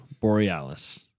Borealis